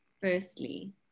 firstly